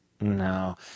No